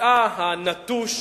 כיסאה הנטוש,